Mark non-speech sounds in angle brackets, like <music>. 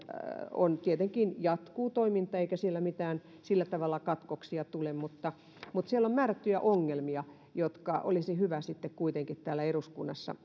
tietenkin jatkuu toiminta eikä siellä mitään sillä tavalla katkoksia tule mutta mutta siellä on määrättyjä ongelmia jotka olisi hyvä sitten kuitenkin täällä eduskunnassa <unintelligible>